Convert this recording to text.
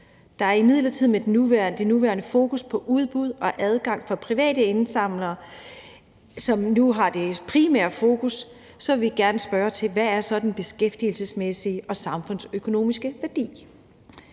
Det er imidlertid ændret, og med det nuværende fokus på udbud og adgang for private indsamlere, som nu har det primære fokus, vil vi gerne spørge til: Hvad er så den beskæftigelsesmæssige og samfundsøkonomiske værdi?